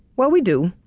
well, we do,